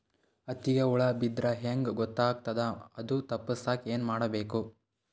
ಹತ್ತಿಗ ಹುಳ ಬಿದ್ದ್ರಾ ಹೆಂಗ್ ಗೊತ್ತಾಗ್ತದ ಅದು ತಪ್ಪಸಕ್ಕ್ ಏನ್ ಮಾಡಬೇಕು?